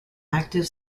active